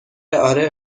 اره